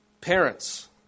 parents